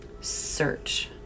search